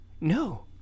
no